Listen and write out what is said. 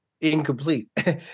incomplete